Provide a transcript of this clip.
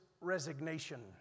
resignation